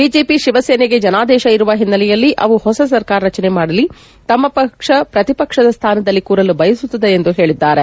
BJP ಶಿವಸೇನೆಗೆ ಜನಾದೇಶ ಇರುವ ಹಿನ್ನೆಲೆಯಲ್ಲಿ ಅವು ಹೊಸ ಸರ್ಕಾರ ರಚನೆ ಮಾಡಲಿ ತಮ್ನ ಪಕ್ಷ ಪ್ರತಿಪಕ್ಷದ ಸ್ಥಾನದಲ್ಲಿ ಕೂರಲು ಬಯಸುತ್ತದೆ ಎಂದು ಹೇಳಿದ್ದಾರೆ